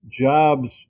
jobs